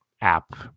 app